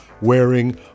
wearing